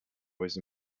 was